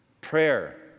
Prayer